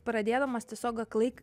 pradėdamas tiesiog aklai